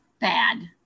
bad